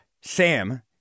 Sam